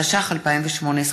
התשע"ח 2018,